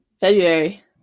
February